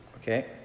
Okay